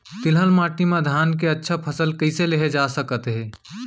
तिलहन माटी मा धान के अच्छा फसल कइसे लेहे जाथे सकत हे?